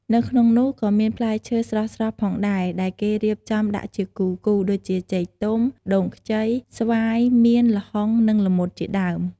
នៅក្នុងនោះក៏មានផ្លែឈើស្រស់ៗផងដែរ ដែលគេរៀបចំដាក់ជាគូៗ ដូចជា ចេកទុំ ដូងខ្ចី ស្វាយ មៀន ល្ហុង និង ល្មុតជាដើម។